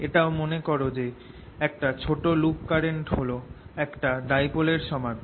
এটাও মনে কর যে একটা ছোট লুপ কারেন্ট হল একটা ডাইপোল এর সমান